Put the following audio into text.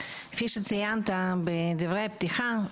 כפי שציינת בדברי הפתיחה,